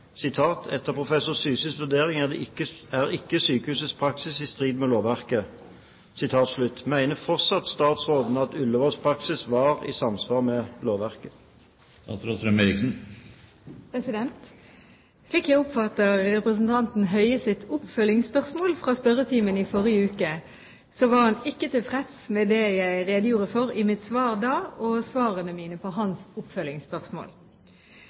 professor Syses vurdering er ikke sykehusets praksis i strid med lovverket.» Mener fortsatt statsråden at Ullevåls praksis var i samsvar med lovverket?» Slik jeg oppfatter representanten Høies oppfølgingsspørsmål fra spørretimen i forrige uke, var han ikke tilfreds med det jeg redegjorde for i mitt svar da og svarene mine på hans oppfølgingsspørsmål.